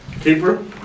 Keeper